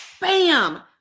bam